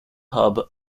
hub